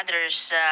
others